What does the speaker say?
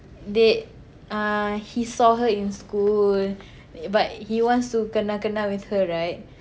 they uh he saw her in school but he wants to kenal kenal with her right